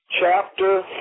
chapter